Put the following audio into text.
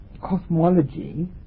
cosmology